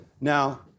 Now